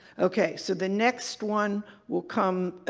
okay. so the next one will come.